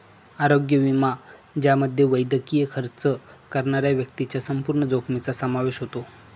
आरोग्य विमा ज्यामध्ये वैद्यकीय खर्च करणाऱ्या व्यक्तीच्या संपूर्ण जोखमीचा समावेश होतो